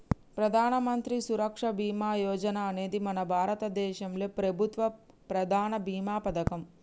ప్రధానమంత్రి సురక్ష బీమా యోజన అనేది మన భారతదేశంలో ప్రభుత్వ ప్రధాన భీమా పథకం